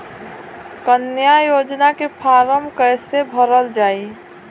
कन्या योजना के फारम् कैसे भरल जाई?